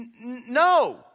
No